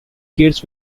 gates